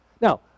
Now